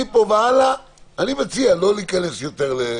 מפה והלאה אני מציע לא להיכנס יותר.